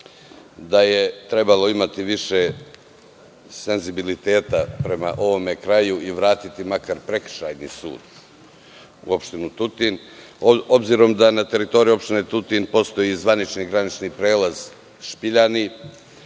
da je trebalo imati više senzibiliteta prema ovom kraju i vratiti makar prekršajni sud u opštinu Tutin, obzirom da na teritoriji opštine Tutin postoji i zvanični granični prelaz Špiljani,